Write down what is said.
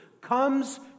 comes